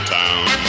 town